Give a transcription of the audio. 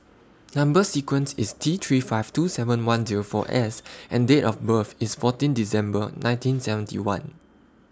Number sequence IS T three five two seven one Zero four S and Date of birth IS fourteen December nineteen seventy one